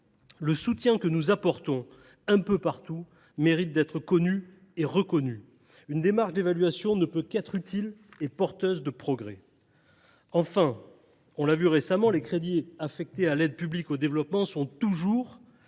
le soutien que nous apportons un peu partout mérite d’être connu et reconnu. Une démarche d’évaluation ne peut être qu’utile et porteuse de progrès. En outre, on l’a vu récemment, les crédits affectés à l’aide publique au développement sont toujours,